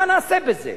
מה נעשה בזה?